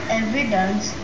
evidence